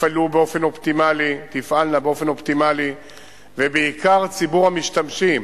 יפעלו באופן אופטימלי, ובעיקר ציבור המשתמשים